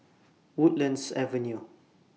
Woodlands Avenue